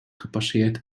gepasseerd